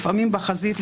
לפעמים בחזית,